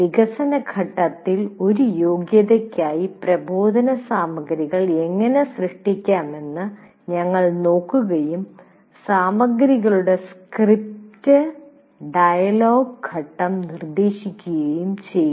വികസന ഘട്ടത്തിൽ ഒരു യോഗ്യതയ്ക്കായി പ്രബോധനസാമഗ്രികൾ എങ്ങനെ സൃഷ്ടിക്കാമെന്ന് ഞങ്ങൾ നോക്കുകയും സാമഗ്രികളുടെ സ്ക്രിപ്റ്റ് ഡയലോഗ് ഘട്ടം നിർദ്ദേശിക്കുകയും ചെയ്തു